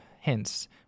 hence